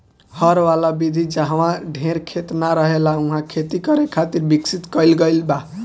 हर वाला विधि जाहवा ढेर खेत ना रहेला उहा खेती करे खातिर विकसित कईल गईल बा